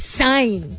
sign